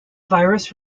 virus